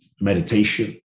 meditation